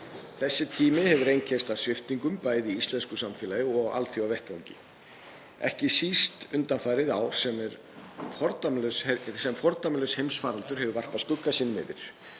Þessi tími hefur einkennst af sviptingum, bæði í íslensku samfélagi og á alþjóðavettvangi, ekki síst undanfarið ár sem fordæmalaus heimsfaraldur hefur varpað skugga sínum yfir.